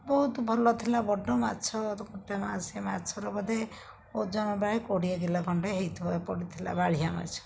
ବହୁତ ଭଲ ଥିଲା ବଡ଼ ମାଛ ସେ ମାଛର ବୋଧେ ଓଜନ ପ୍ରାୟ କୋଡ଼ିଏ କିଲୋ ଖଣ୍ଡେ ହେଇଥିବ ଏପଟେ ଥିଲା ବାଳିହା ମାଛ